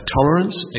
tolerance